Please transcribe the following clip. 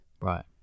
Right